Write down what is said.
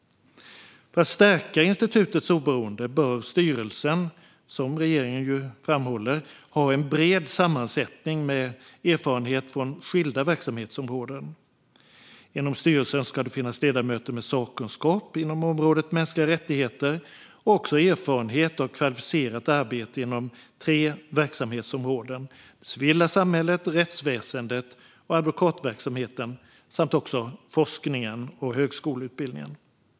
För att stärka institutets oberoende bör styrelsen, som regeringen framhåller, ha en bred sammansättning med erfarenhet från skilda verksamhetsområden. I styrelsen ska det finnas ledamöter med sakkunskap inom området mänskliga rättigheter och erfarenhet av kvalificerat arbete inom tre verksamhetsområden: det civila samhället, rättsväsendet och advokatverksamheten samt forskningen och högskoleutbildningen.